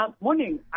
Morning